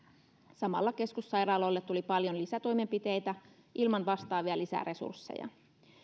samalla keskussairaaloille tuli paljon lisätoimenpiteitä ilman vastaavia lisäresursseja